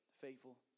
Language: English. Faithful